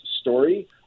story